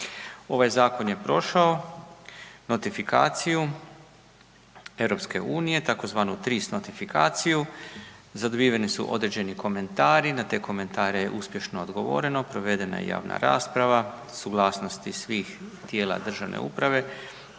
Ovaj Zakon je prošao notifikaciju Europske unije, takozvanu TRIS notifikaciju, zadobiveni su određeni komentari, na te komentare je uspješno odgovoreno, provedena je javna rasprava, suglasnosti svih tijela državne uprave